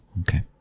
Okay